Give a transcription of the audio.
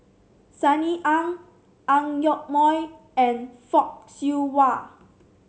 Sunny Ang Ang Yoke Mooi and Fock Siew Wah